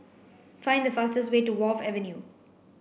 find the fastest way to Wharf Avenue